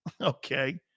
Okay